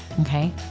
Okay